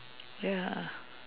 ya